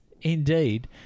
indeed